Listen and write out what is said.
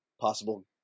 possible